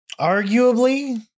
arguably